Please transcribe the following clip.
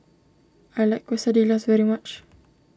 I like Quesadillas very much